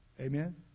Amen